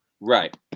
right